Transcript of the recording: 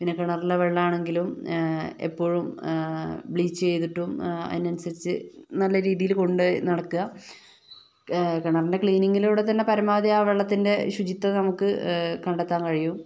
പിന്നെ കിണറിലെ വെള്ളാണെങ്കിലും എപ്പോഴും ബ്ലീച്ച് ചെയ്തിട്ടും അതിനനുസരിച്ച് നല്ല രീതിയില് കൊണ്ടു നടക്കുക കിണറിൻ്റെ ക്ളീനിംഗിലൂടെ തന്നെ പരമാവധി ആ വെള്ളത്തിൻ്റെ ശുചിത്വം നമുക്ക് കണ്ടെത്താൻ കഴിയും